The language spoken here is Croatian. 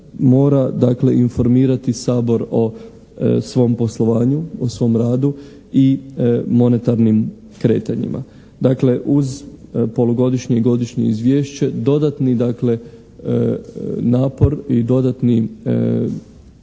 dakle informirati Sabor o svom poslovanju, o svom radu i monetarnim kretanjima. Dakle uz polugodišnje i godišnje izvješće dodatni dakle napor i dodatni